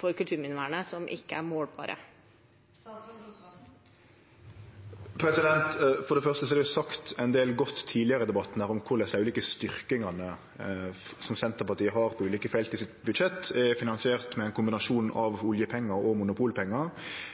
for kulturminnevernet som ikke er målbare? For det første er det sagt ein del godt tidlegare i debatten om korleis dei ulike styrkingane Senterpartiet har på ulike felt i budsjettet sitt, er finansierte med ein kombinasjon av oljepengar og